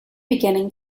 beginning